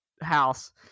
house